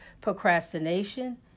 procrastination